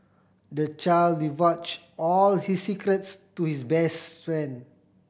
the child divulge all his secrets to his best friend